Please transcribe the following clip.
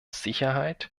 sicherheit